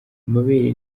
amabere